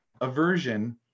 Aversion